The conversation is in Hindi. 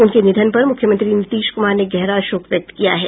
उनके निधन पर मुख्यमंत्री नीतीश कुमार ने गहरा शोक व्यक्त किया है